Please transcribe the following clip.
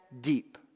deep